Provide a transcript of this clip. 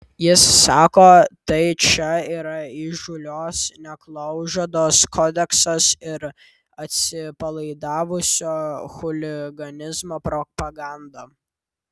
jis sako tai čia yra įžūlios neklaužados kodeksas ir atsipalaidavusio chuliganizmo propaganda